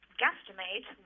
guesstimate